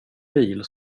bil